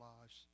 lives